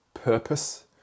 purpose